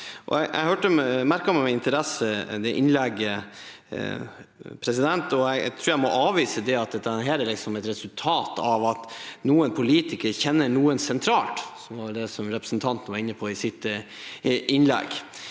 Jeg merket meg med interesse det innlegget, og jeg tror jeg må avvise at dette er et resultat av at noen politikere kjenner noen sentralt, som var det representanten var inne på i sitt innlegg.